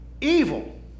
evil